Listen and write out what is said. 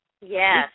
Yes